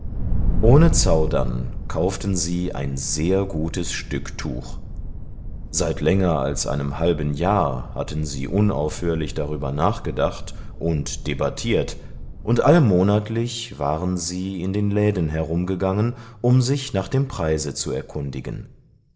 ohne zaudern kauften sie ein sehr gutes stück tuch seit länger als einem halben jahr hatten sie unaufhörlich darüber nachgedacht und debattiert und allmonatlich waren sie in den läden umhergegangen um sich nach dem preise zu erkundigen